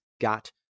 got